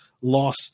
loss